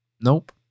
Nope